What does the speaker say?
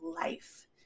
life